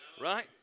Right